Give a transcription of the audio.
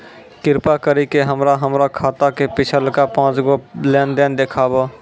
कृपा करि के हमरा हमरो खाता के पिछलका पांच गो लेन देन देखाबो